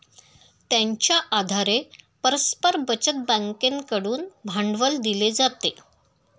त्यांच्या आधारे परस्पर बचत बँकेकडून भांडवल दिले जाते